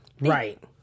right